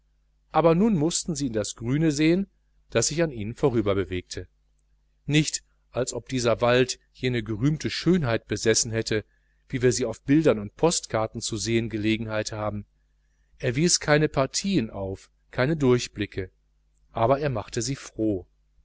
aber nun mußten sie in das grüne sehen das sich an ihnen vorüberbewegte nicht als ob dieser wald jene gerühmte schönheit besessen hätte wie wir sie auf bildern und postkarten zu sehen gelegenheit haben er wies keine partien auf keine durchblicke aber er machte sie froh